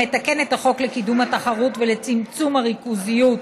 המתקן את החוק לקידום התחרות ולצמצום הריכוזיות,